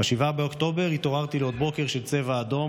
ב-7 באוקטובר התעוררתי לעוד בוקר של צבע אדום,